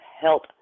help